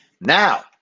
Now